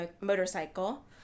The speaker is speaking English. motorcycle